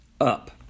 up